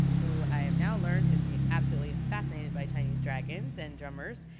who i have now learned is absolutely fascinated by chinese dragons and drummers,